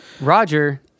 Roger